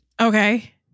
Okay